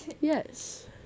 Yes